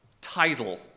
title